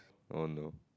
oh no